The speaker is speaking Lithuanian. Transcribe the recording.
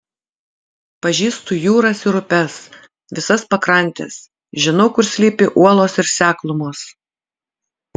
pažįstu jūras ir upes visas pakrantes žinau kur slypi uolos ir seklumos